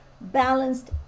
Balanced